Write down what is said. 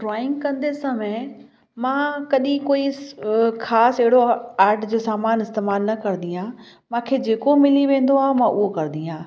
drawing कंदे समय मां कॾहिं कोई ख़ासि अहिड़ो आर्ट जा सामान इस्तेमालु न करंदी आहियां मूंखे जेको मिली वेंदो आहे मां उहो करंदी आहियां